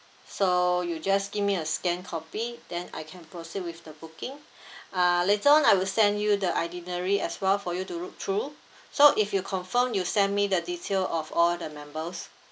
so you just give me a scanned copy then I can proceed with the booking uh later on I will send you the itinerary as well for you to look through so if you confirm you send me the detail of all the members